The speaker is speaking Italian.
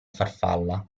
farfalla